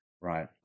right